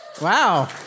Wow